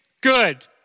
good